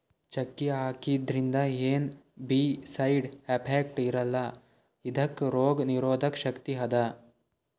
ಚಕ್ಕಿ ಹಾಕಿದ್ರಿಂದ ಏನ್ ಬೀ ಸೈಡ್ ಎಫೆಕ್ಟ್ಸ್ ಇರಲ್ಲಾ ಇದಕ್ಕ್ ರೋಗ್ ನಿರೋಧಕ್ ಶಕ್ತಿ ಅದಾ